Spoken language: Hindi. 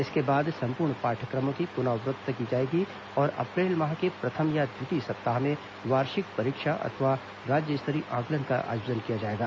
इसके बाद सम्पूर्ण पाठ्यक्रमों की पुनरावृत्ति की जाएगी और अप्रैल माह के प्रथम या द्वितीय सप्ताह में वार्षिक परीक्षा अथवा राज्य स्तरीय आंकलन का आयोजन किया जाएगा